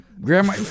Grandma